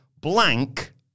blank